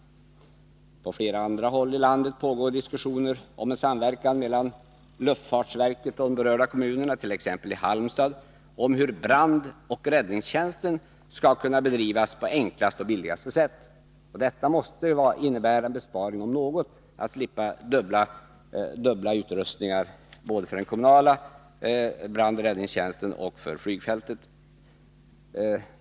På flera andra håll i landet pågår diskussioner om samverkan mellan luftfartsverket och de berörda kommunerna, t.ex. i Halmstad, om hur brandoch räddningstjänsten skall kunna bedrivas på enklaste och billigaste sätt. Detta om något måste innebära en besparing, dvs. att slippa dubbla utrustningar både för den kommunala brandoch räddningstjänsten och för flygfältet.